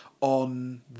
on